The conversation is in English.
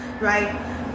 right